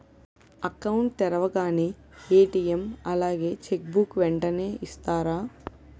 Account తెరవగానే ATM అలాగే cheque book వెంటనే ఇస్తారా?